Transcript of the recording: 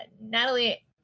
Natalie